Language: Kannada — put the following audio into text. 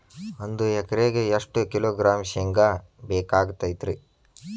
ಒಂದು ಎಕರೆಗೆ ಎಷ್ಟು ಕಿಲೋಗ್ರಾಂ ಶೇಂಗಾ ಬೇಕಾಗತೈತ್ರಿ?